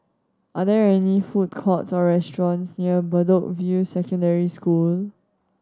are there any food courts or restaurants near Bedok View Secondary School